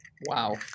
Wow